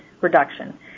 reduction